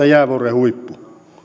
jäävuoren huippu